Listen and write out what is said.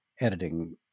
editing